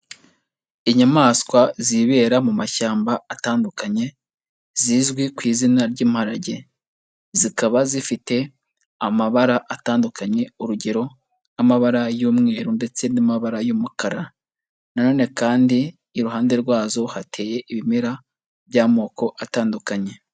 Inyamaswa zibera mu mashyamba atandukanye, zizwi ku izina ry'imparage, zikaba zifite amabara atandukanye, urugero nk'amabara y'umweru ndetse n'amabara y'umukara, na none kandi iruhande rwazo hateye ibimera by'amoko atandukanye.